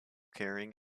carrying